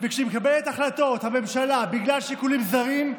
וכאשר הממשלה מקבלת החלטות בגלל שיקולים זרים,